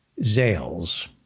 Zales